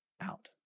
out